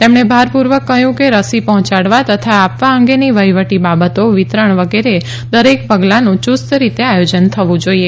તેમણે ભારપૂર્વક કહ્યું કે રસી પહોંચાડવા તથા આપવા અંગેની વહીવટી બાબતો વિતરણ વગેરે દરેક પગલાનું યુસ્ત રીતે આયોજન થવું જોઇએ